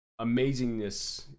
amazingness